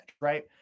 right